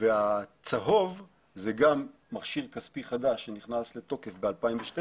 הצהוב זה מכשיר כספי חדש שנכנס לתוקף ב-2012,